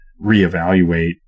reevaluate